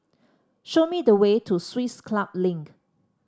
show me the way to Swiss Club Link